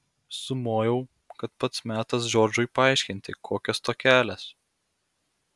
sumojau kad pats metas džordžui paaiškinti kokios tokelės